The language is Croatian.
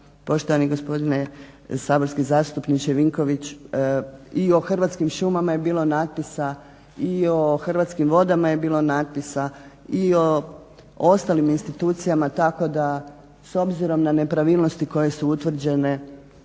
poštovani gospodine saborski zastupniče Vinković i o Hrvatskim šumama je bilo natpisa i o Hrvatskim vodama je bilo natpisa i o ostalim institucijama tako da s obzirom na nepravilnosti koje su utvrđene